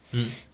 mm